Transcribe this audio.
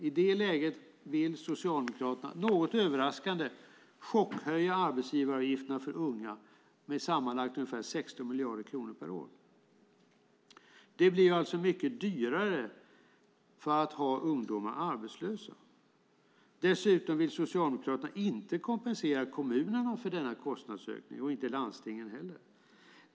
I det läget vill Socialdemokraterna, något överraskande, chockhöja arbetsgivaravgifterna för unga med sammanlagt ungefär 16 miljarder kronor per år. Det blir alltså mycket dyrare att ha ungdomar anställda. Dessutom vill Socialdemokraterna inte kompensera vare sig kommunerna eller landstingen för denna kostnadsökning.